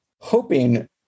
hoping